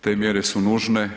Te mjere su nužne.